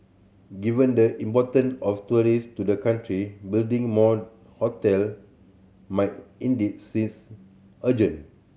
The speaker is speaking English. given the important of tourist to the country building more hotel might indeed sees urgent